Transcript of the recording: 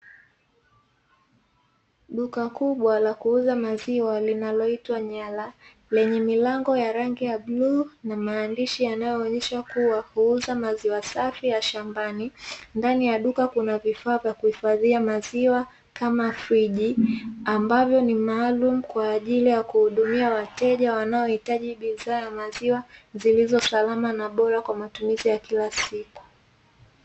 Duka kubwa la kuuza maziwa linaloitwa nyala lenye milango ya rangi ya blue na maandishi yanayoonyesha kuwa kuuza maziwa safi ya shambani, ndani ya duka kuna vifaa vya kuhifadhia maziwa kama, friji ambavyo ni maalumu kwa ajili ya kuhudumia wateja wanaohitaji bidhaa ya maziwa zilizo salama na bora kwa matumizi ya kila siku